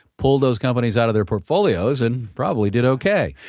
pull those companies out of their portfolios and probably did okay.